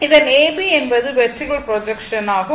இதன் A B என்பது vertical projection ஆகும்